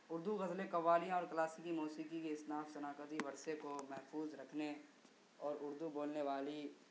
اردو غزلیں قوالیاں اور کلاسیکی موسیقی کی اصناف شناختی ورثے کو محفوظ رکھنے اور اردو بولنے والی